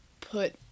put